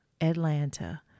Atlanta